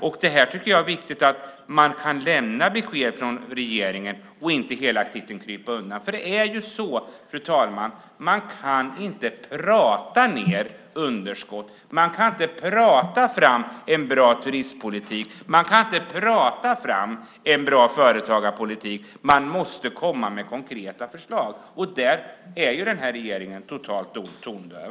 Jag tycker att det är viktigt att regeringen kan komma med besked i stället för att hela tiden krypa undan. Man kan inte, fru talman, prata ned underskott. Man kan inte prata fram en bra turistpolitik, och man kan inte prata fram en bra företagarpolitik. Man måste komma med konkreta förslag. Där är den här regeringen totalt tondöv.